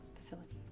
facility